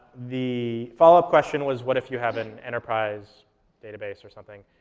the follow-up question was what if you have an enterprise database or something.